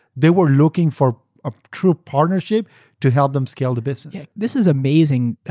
they were looking for a true partnership to help them scale the business. this is amazing,